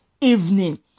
evening